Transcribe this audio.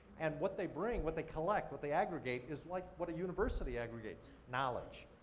and, what they bring, what they collect, what they aggregate is like what a university aggregates, knowledge.